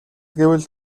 гэвэл